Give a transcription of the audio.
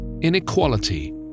inequality